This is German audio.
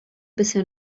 bisher